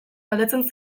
galdetzen